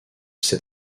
cet